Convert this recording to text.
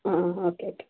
ആ ആ ആ ഓക്കേ ഓക്കേ